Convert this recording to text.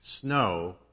snow